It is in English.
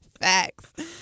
Facts